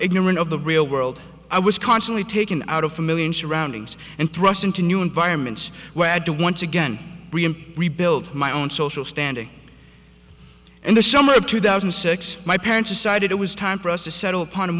ignorant of the real world i was constantly taken out of a million surroundings and thrust into new environments where i had to once again rebuild my own social standing in the summer of two thousand six hundred was time for us to settle upon a